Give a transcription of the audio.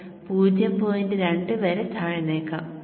2 വരെ താഴ്ന്നേക്കാം